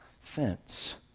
fence